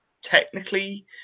technically